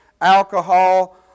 alcohol